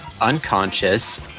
unconscious